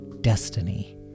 destiny